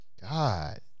God